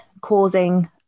causing